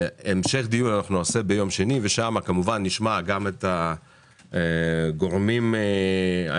המשך דיון נעשה ביום שני ואז נשמע כמובן גם את הגורמים העסקיים,